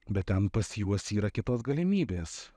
bet ten pas juos yra kitos galimybės